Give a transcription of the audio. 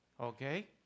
Okay